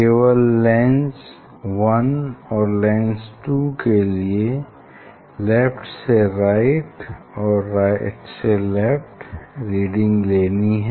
केवल lens one और lens two के लिए लेफ्ट से राइट और राइट से लेफ्ट रीडिंग लेनी है